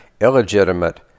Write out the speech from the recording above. illegitimate